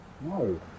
No